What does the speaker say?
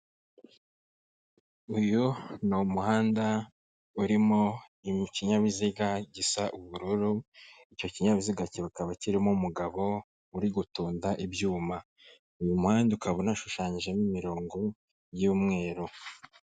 Uyu ni umuhanda urimo ikinyabiziga gisa ubururu, icyo kinyabiziga kibakaba kirimo umugabo uri gutunda ibyuma, uyu muhanda ukaba unashushanyijemo imirongo y'umweru.